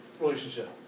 relationship